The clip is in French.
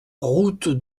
route